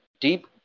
deep